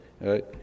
right